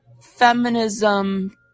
feminism